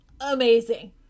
Amazing